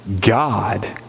God